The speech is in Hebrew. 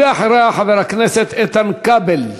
אחריה, חבר הכנסת איתן כבל.